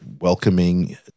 welcoming